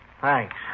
Thanks